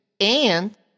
And-